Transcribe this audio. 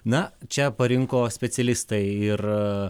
na čia parinko specialistai ir